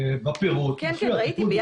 בפירוט --- כן, כן ראיתי.